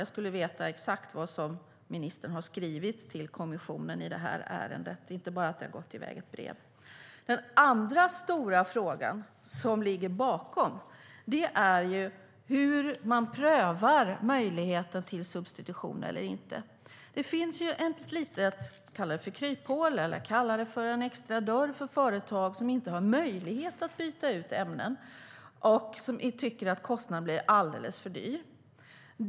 Jag skulle vilja veta exakt vad ministern har skrivit till kommissionen i ärendet, inte bara att det har gått iväg ett brev. Den andra stora fråga som ligger bakom är hur man prövar möjligheten till substitution. Det finns vad man kan kalla ett litet kryphål eller extra dörr för företag som inte har möjlighet att byta ut ämnen och tycker att kostnaden blir alldeles för hög.